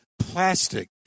plastic